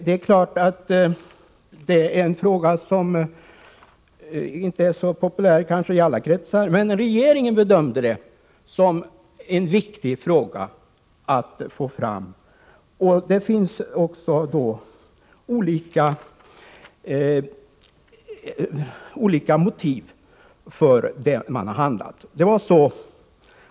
Det är klart att den frågan gäller en åtgärd som kanske inte är så populär i alla kretsar. Men regeringen bedömde frågan som angelägen, och det finns flera motiv för regeringens handlande i det här fallet.